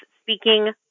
speaking